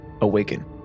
Awaken